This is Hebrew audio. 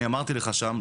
אני אמרתי לך שם,